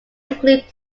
include